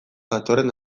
datorren